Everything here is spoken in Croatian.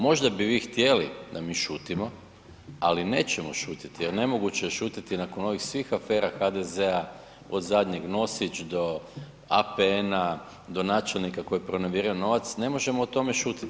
Možda bi vi htjeli da mi šutimo ali nećemo šutjeti jer nemoguće je šutjeti nakon ovih svih afera HDZ-a od zadnjeg Nosić do APN-a, do načelnika koji je pronevjerio novac, ne možemo o tome šutjeti.